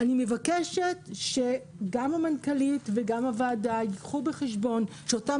אני מבקשת שגם המנכ"לית וגם הוועדה ייקחו בחשבון שאותם